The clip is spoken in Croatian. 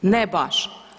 Ne baš.